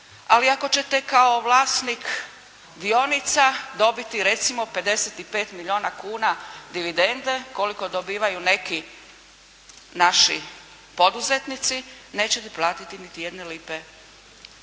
Ali ako ćete kao vlasnik dionica dobiti recimo 55 milijuna kuna dividende koliko dobivaju neki naši poduzetnici nećete platiti niti jedne lipe poreza.